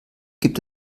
gibt